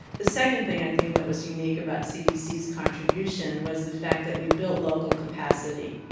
the second thing i think that was unique about cdc's contribution was the fact that we built local capacity.